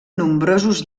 nombrosos